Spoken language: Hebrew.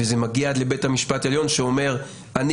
וזה מגיע עד לבית המשפט העליון שאומר: אני